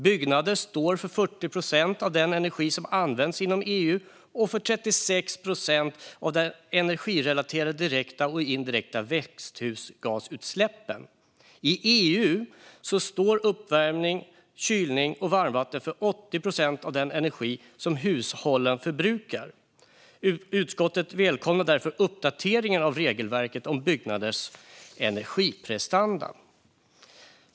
Byggnader står för 40 procent av den energi som används inom EU och för 36 procent av de energirelaterade direkta och indirekta växthusgasutsläppen. I EU står uppvärmning, kylning och varmvatten för 80 procent av den energi som hushållen förbrukar. Utskottet välkomnar därför uppdateringen av regelverket om byggnaders energiprestanda."